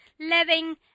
living